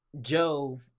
Joe